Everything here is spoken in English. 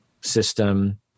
system